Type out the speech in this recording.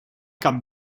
cap